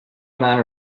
man